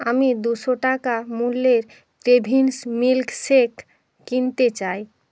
আমি দুশো টাকা মূল্যের কেভিন্স মিল্কশেক কিনতে চাই